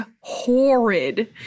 horrid